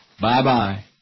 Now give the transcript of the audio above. Bye-bye